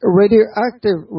radioactive